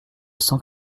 cent